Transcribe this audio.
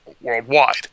worldwide